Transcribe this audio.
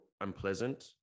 unpleasant